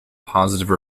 positive